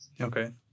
okay